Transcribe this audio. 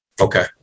Okay